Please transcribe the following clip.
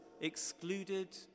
excluded